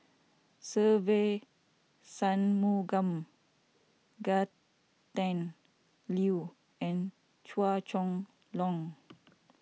Se Ve Shanmugam Gretchen Liu and Chua Chong Long